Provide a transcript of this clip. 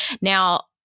Now